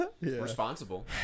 Responsible